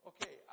Okay